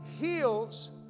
heals